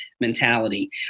mentality